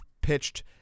pitched